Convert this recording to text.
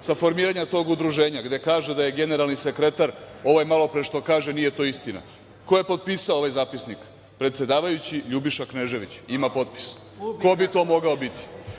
sa formiranja tog udruženja, gde kaže da je generalni sekretar ovaj malopre što kaže da nije to istina, ko je potpisao ovaj zapisnik, predsedavajući Ljubiša Knežević, ima potpis. Ko bi to mogao biti?